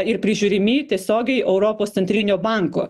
ir prižiūrimi tiesiogiai europos centrinio banko